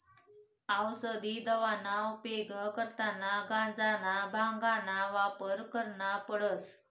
औसदी दवाना उपेग करता गांजाना, भांगना वापर करना पडस